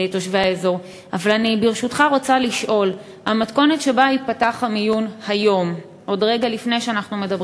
ואני חושב שהאמירה הזאת יפה גם לאלה שמתנגדים